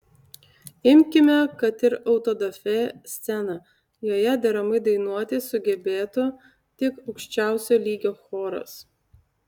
imkime kad ir autodafė sceną joje deramai dainuoti sugebėtų tik aukščiausio lygio choras